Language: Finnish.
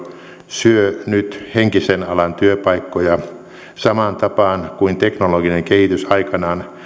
syö nyt henkisen alan työpaikkoja samaan tapaan kuin teknologinen kehitys aikanaan